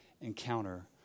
encounter